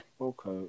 okay